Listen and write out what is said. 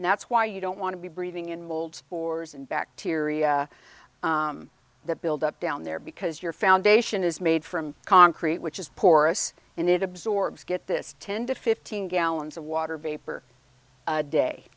and that's why you don't want to be breathing in mold spores and bacteria that build up down there because your foundation is made from concrete which is poorest and it absorbs get this ten to fifteen gallons of water vapor day